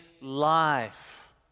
life